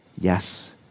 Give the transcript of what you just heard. Yes